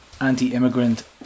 anti-immigrant